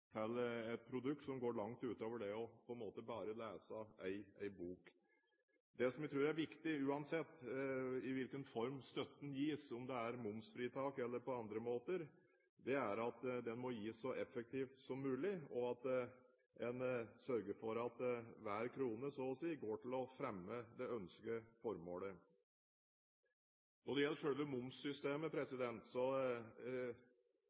et produkt som går langt utover det å bare lese en bok. Det som jeg tror er viktig uansett i hvilken form støtten gis, om det er momsfritak eller på andre måter, er at den må gis så effektivt som mulig, og at en sørger for at hver krone, så å si, går til å fremme det ønskede formålet. Når det gjelder selve momssystemet,